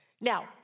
Now